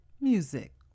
music